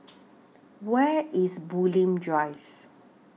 Where IS Bulim Drive